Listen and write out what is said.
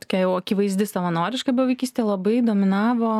tokia jau akivaizdi savanoriška bevaikystė labai dominavo